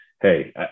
hey